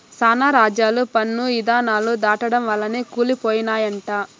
శానా రాజ్యాలు పన్ను ఇధానాలు దాటడం వల్లనే కూలి పోయినయంట